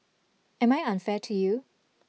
am I unfair to you